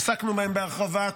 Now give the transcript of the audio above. עסקנו בהן בהרחבה,